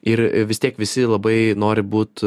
ir vis tiek visi labai nori būt